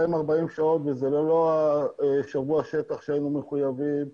וזה ללא שבוע שטח שהיינו מחויבים וכדומה.